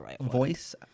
voice